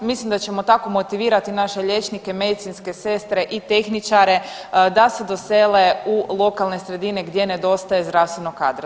Mislim da ćemo tako motivirati naše liječnike, medicinske sestre i tehničare da se dosele u lokalne sredine gdje nedostaje zdravstvenog kadra.